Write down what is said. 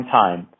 time